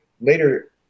later